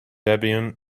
debian